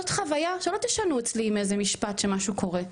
זאת חוויה שלא תשנו אצלי עם איזה משפט שמשהו קורה.